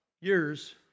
years